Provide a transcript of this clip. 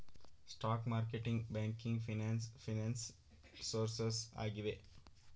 stock marketing, banking finance finance sources ಆಗಿವೆ